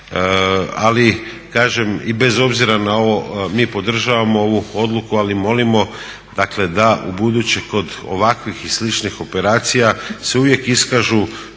ali kažem i bez obzira na ovo mi podržavamo ovu odluku ali molimo dakle da ubuduće kod ovakvih i sličnih operacija se uvijek iskažu